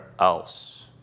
else